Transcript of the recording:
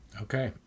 Okay